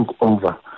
over